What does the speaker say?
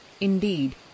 Indeed